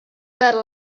better